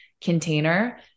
container